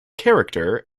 character